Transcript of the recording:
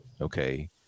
okay